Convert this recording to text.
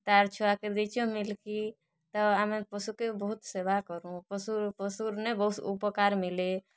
ତାର୍ ଛୁଆକେ ଦେଇଚୁଁ ମିଲ୍କି ତ ଆମେ ପଶୁକେ ବହୁତ ସେବା କରୁଁ ପଶୁ ପଶୁର୍ନେ ବହୁତ୍ ଉପକାର୍ ମିଲେ